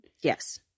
Yes